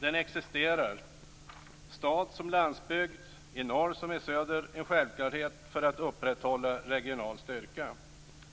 den existerar - i stad som på landsbygd, i norr som i söder - en självklarhet för att upprätthålla regional styrka.